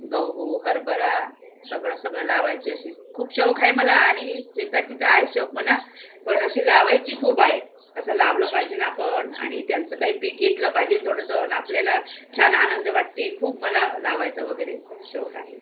गहू हरभरा सगळं सगळं लावायची अशी खूप शौक आहे मला आणि शेताची तरं आहे शौक म्हणा पण अशी लावायची खूप आहे असं लावलं पाहिजे ना आपण आणि त्यांचं काही पीक घेतलं पाहिजे थोडंसं न आपल्याला छान आनंद वाटते खूप मला लावायचं वगैरे शौक आहे